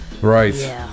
Right